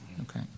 Okay